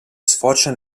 sfocia